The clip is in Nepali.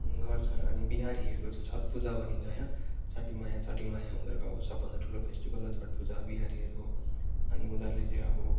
गर्छन् अनि बिहारीहरूको चाहिँ छठ पूजा भनिन्छ होइन छठी मैया छठी मैया उनीहरूको अब सबभन्दा ठुलो फेस्टिभल हो छठ पूजा बिहारीहरूको अनि उनीहरूले चाहिँ अब